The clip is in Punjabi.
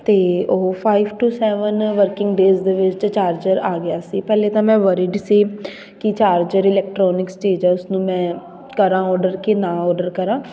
ਅਤੇ ਉਹ five to seven working days ਦੇ ਵਿੱਚ ਚਾਰਜਰ ਆ ਗਿਆ ਸੀ ਪਹਿਲਾਂ ਤਾਂ ਮੈਂ ਵਰਿਡ ਸੀ ਕਿ ਚਾਰਜਰ ਇਲੈਕਟ੍ਰੋਨਿਕਸ ਚੀਜ਼ ਆ ਉਸ ਨੂੰ ਮੈਂ ਕਰਾਂ ਔਡਰ ਕਿ ਨਾ ਔਡਰ ਕਰਾਂ